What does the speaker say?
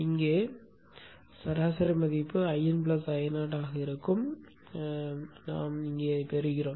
இங்கே சராசரி மதிப்பு Iin Io ஆக இருக்கும் அதைத்தான் நாம் இங்கே பெறுகிறோம்